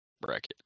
bracket